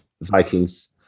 Vikings